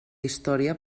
història